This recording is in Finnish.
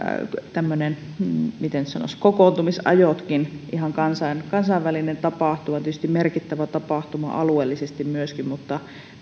miten sen sanoisi kokoontumisajo ihan kansainvälinen tapahtuma tietysti merkittävä tapahtuma myöskin alueellisesti mutta